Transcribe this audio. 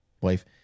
wife